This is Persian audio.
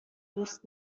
دوست